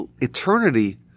eternity